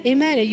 Amen